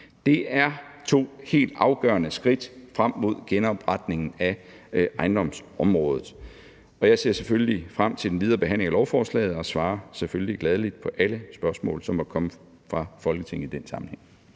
Det er to helt afgørende skridt frem mod genopretningen af ejendomsområdet. Jeg ser selvfølgelig frem til den videre behandling af lovforslaget og svarer selvfølgelig gladelig på alle spørgsmål, som i den sammenhæng